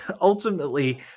ultimately